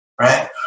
Right